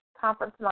conference